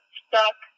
stuck